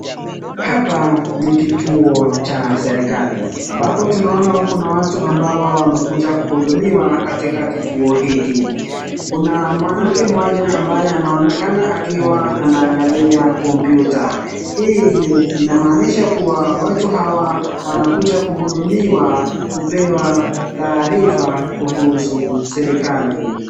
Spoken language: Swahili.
Hapa ni kituo cha serikali ambapo tunaona kuna watu ambao wamekuja kuhudumiwa katika kituo hiki. Kuna mwanamke mmoja ambaye anaonekana akiwa anaangalia kompyuta. Hii ni inamaanisha kua watu hawa wanakuja kuhudumiwa kupewa taarifa kuhusu serikali.